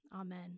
Amen